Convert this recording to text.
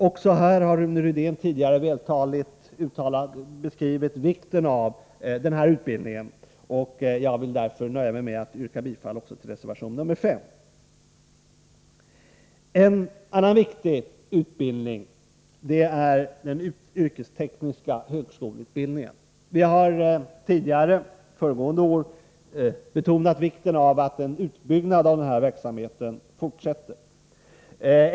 Också här har Rune Rydén tidigare vältaligt beskrivit vikten av denna utbildning, och jag vill därför nöja mig med att yrka bifall också till reservation 5. En annan viktig utbildning är den yrkestekniska högskoleutbildningen. Jag betonade förra året vikten av att utbyggnaden av denna verksamhet fortsätter.